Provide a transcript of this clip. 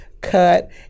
cut